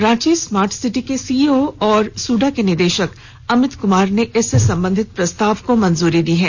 Ranchi smart city के CEO और सूडा के निदेशक अमित कुमार ने इससे संबंधित प्रस्ताव को मंजूरी दी है